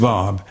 Bob